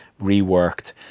reworked